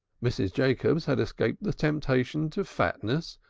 mrs. jacobs had escaped the temptation to fatness,